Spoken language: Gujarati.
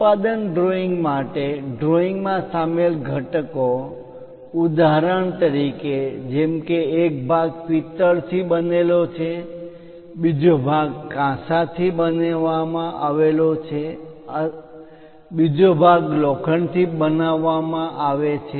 ઉત્પાદન ડ્રોઇંગ માટે ડ્રોઈંગ માં સામેલ ઘટકો ઉદાહરણ તરીકે જેમ કે એક ભાગ પિત્તળ થી બનેલો છે બીજો ભાગ કાંસા થી બનાવવામાં આવે છે બીજો ભાગ લોખંડ થી બનાવવામાં આવે છે